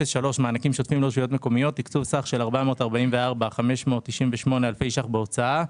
מענקים שוטפים לרשויות מקומיות תקצוב סך של 444,598 אלפי ש"ח בהוצאה,